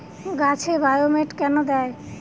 গাছে বায়োমেট কেন দেয়?